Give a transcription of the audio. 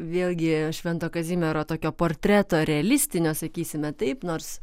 vėlgi švento kazimiero tokio portreto realistinio sakysime taip nors